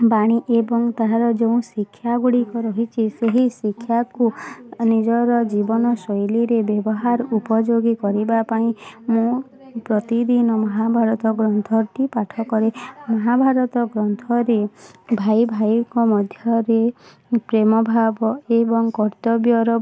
ବାଣୀ ଏବଂ ତାହାର ଯୋଉଁ ଶିକ୍ଷା ଗୁଡ଼ିକ ରହିଛି ସେହି ଶିକ୍ଷାକୁ ନିଜର ଜୀବନଶୈଳୀରେ ବ୍ୟବହାର ଉପଯୋଗୀ କରିବାପାଇଁ ମୁଁ ପ୍ରତିଦିନ ମହାଭାରତ ଗ୍ରନ୍ଥଟି ପାଠ କରେ ମହାଭାରତ ଗ୍ରନ୍ଥରେ ଭାଇ ଭାଇଙ୍କ ମଧ୍ୟରେ ପ୍ରେମ ଭାବ ଏବଂ କର୍ତ୍ତବ୍ୟର